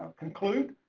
conclude.